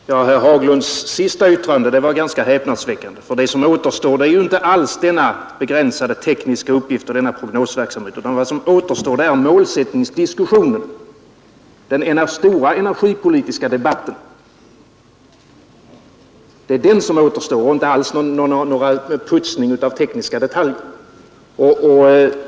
Herr talman! Herr Haglunds senaste yttrande var ganska häpnadsväckande. Vad som återstår är alls inte en begränsad teknisk uppgift och en prognosverksamhet, utan vad som återstår är målsättningsdiskussionen. Det är den stora energipolitiska debatten som återstår och alls inte någon putsning av tekniska detaljer.